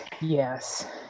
Yes